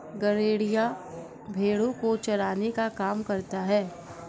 गड़ेरिया भेड़ो को चराने का काम करता है